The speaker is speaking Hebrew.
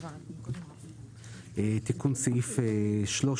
תיקון סעיף 13